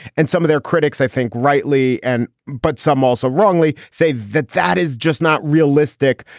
and some of their critics, i think rightly and but some also wrongly say that that is just not realistic,